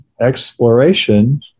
exploration